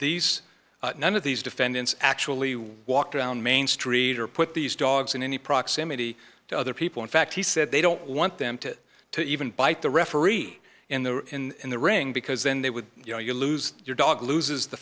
these none of these defendants actually walk down main street or put these dogs in any proximity to other people in fact he said they don't want them to to even bite the referee in the in the ring because then they would you know you lose your dog loses the